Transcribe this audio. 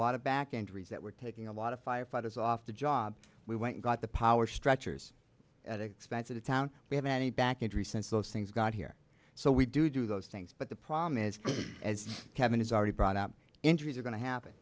lot of back injuries that were taking a lot of firefighters off the job we went got the power structures at expense of the town we have any back injury since those things got here so we do do those things but the problem is as kevin has already brought out injuries are going to happen